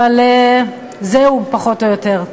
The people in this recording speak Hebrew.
אבל זהו, פחות או יותר.